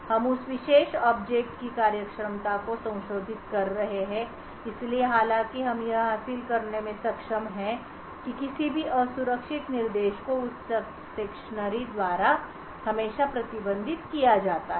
हम उस विशेष ऑब्जेक्ट की कार्यक्षमता को संशोधित कर रहे हैं इसलिए हालांकि हम यह हासिल करने में सक्षम हैं कि किसी भी असुरक्षित निर्देश को उस सेक्शनरी द्वारा हमेशा प्रतिबंधित किया जाता है